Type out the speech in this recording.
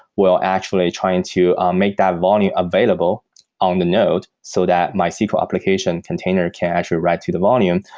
will actually try and to um make that volume available on the node so that mysql application container can actually write to the volume.